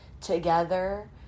together